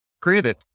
Created